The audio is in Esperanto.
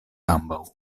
ambaŭ